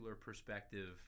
perspective